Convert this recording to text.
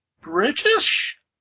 British